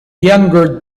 younger